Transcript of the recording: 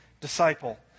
disciple